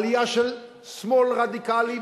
עלייה של שמאל רדיקלי מסוכן,